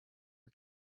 her